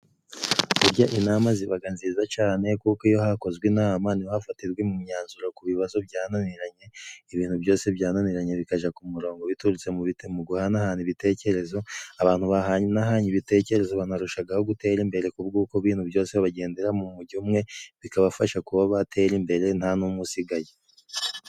Burya inama zibaga nziza cyane, kuko iyo hakozwe inama niho hafatirwa mo myanzuro ku bibazo byananiranye, ibintu byose byananiranye bikajya ku murongo biturutse mu guhanahana ibitekerezo, abantu bahanahanye ibitekerezo banarushagaho gutera imbere, kubw'uko ibintu byose bagendera mu mu mujyo umwe, bikabafasha kuba batera imbere nta n'umwe usigaye.